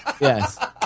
Yes